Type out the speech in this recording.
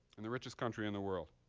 in the richest country in the world.